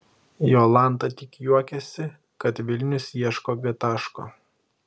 jolanta tik juokiasi kad vilnius ieško g taško